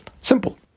simple